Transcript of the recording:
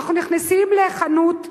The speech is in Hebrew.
אנחנו נכנסים לחנות,